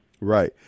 right